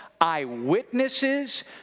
eyewitnesses